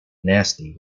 nasty